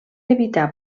evitar